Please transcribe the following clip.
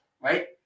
right